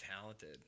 talented